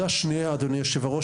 אדוני יושב הראש,